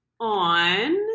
on